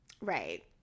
Right